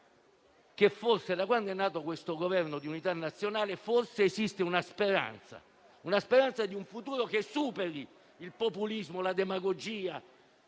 da quando è nato questo Governo di unità nazionale, esiste la speranza di un futuro che possa superare il populismo e la demagogia,